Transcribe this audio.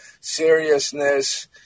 seriousness